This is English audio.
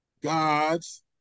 God's